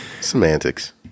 Semantics